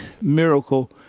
miracle